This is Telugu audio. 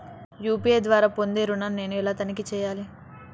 యూ.పీ.ఐ ద్వారా పొందే ఋణం నేను ఎలా తనిఖీ చేయాలి?